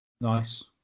Nice